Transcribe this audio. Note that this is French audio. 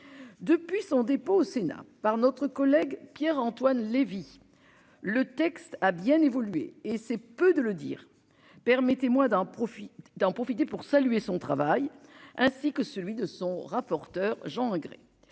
Depuis son dépôt au Sénat par notre collègue Pierre-Antoine Levi. Le texte a bien évolué et c'est peu de le dire. Permettez-moi d'un profit d'en profiter pour saluer son travail ainsi que celui de son rapporteur Jean Grey.